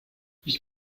ich